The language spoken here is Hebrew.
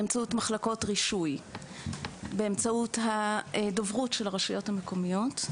באמצעות מחלקות רישוי ובאמצעות הדוברות של הרשויות המקומיות,